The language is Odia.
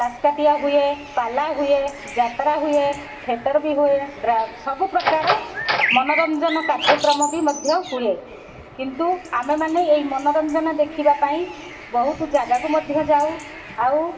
ଦାସକାଠିଆ ହୁଏ ପାଲା ହୁଏ ଯାତ୍ରା ହୁଏ ଥିଏଟର୍ ବି ହୁଏ ସବୁପ୍ରକାର ମନୋରଞ୍ଜନ କାର୍ଯ୍ୟକ୍ରମ ବି ମଧ୍ୟ ହୁଏ କିନ୍ତୁ ଆମେମାନେ ଏଇ ମନୋରଞ୍ଜନ ଦେଖିବା ପାଇଁ ବହୁତ ଜାଗାକୁ ମଧ୍ୟ ଯାଉ ଆଉ